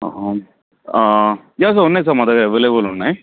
yeah sir ఉన్నాయి sir మా దగ్గర అవైలబుల్ ఉన్నాయి